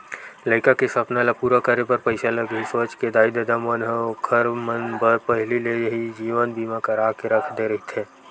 लइका के सपना ल पूरा करे बर पइसा लगही सोच के दाई ददा मन ह ओखर मन बर पहिली ले ही जीवन बीमा करा के रख दे रहिथे